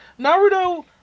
Naruto